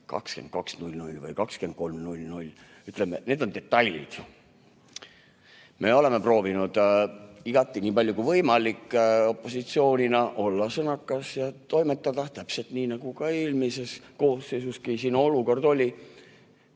22 või 23. Need on detailid.Me oleme proovinud igati, nii palju kui võimalik, opositsioonina olla sõnakas ja toimetada täpselt nii nagu ka eelmises koosseisus, kui selline olukord oli.